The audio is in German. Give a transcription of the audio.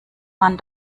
man